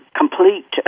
complete